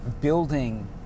building